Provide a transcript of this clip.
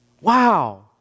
Wow